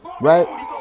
right